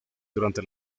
durante